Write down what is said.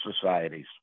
societies